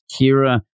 Kira